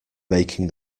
making